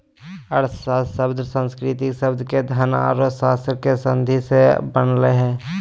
अर्थशास्त्र शब्द संस्कृत शब्द के धन औरो शास्त्र के संधि से बनलय हें